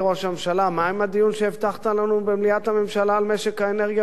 מה עם הדיון שהבטחת לנו במליאת הממשלה על משק האנרגיה והחשמל?